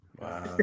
Wow